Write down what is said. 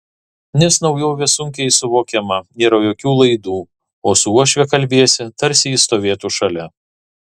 nes naujovė sunkiai suvokiama nėra jokių laidų o su uošve kalbiesi tarsi ji stovėtų šalia